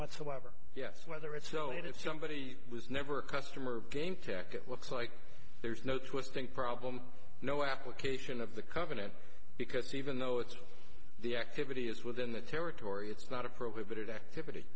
whatsoever yes whether it's so that if somebody was never a customer of game tech it looks like there's no twisting problem no application of the covenant because even though it's the activity is within the territory it's not a prohibited activity